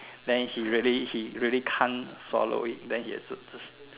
then he really he really can't swallow it then he had to just